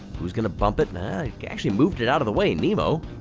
who's gonna bump it? actually moved it out of the way, nemo.